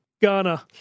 Ghana